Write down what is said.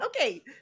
Okay